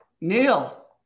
Neil